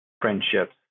friendships